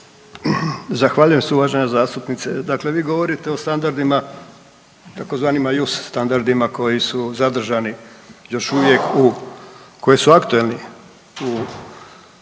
Zahvaljujem se uvažena zastupnice. Dakle vi govorite o standardima tzv. JUS standardima koji su zadržani još uvijek u , koji su aktualni u, kod nas.